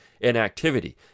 inactivity